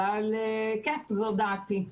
אבל כן, זו דעתי.